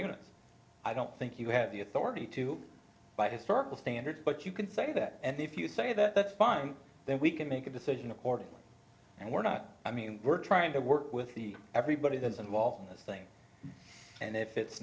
us i don't think you have the authority to by historical standards but you can think that and if you say that fun then we can make a decision accordingly and we're not i mean we're trying to work with the everybody that's involved in this thing and if it's